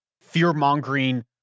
fear-mongering